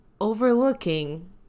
Overlooking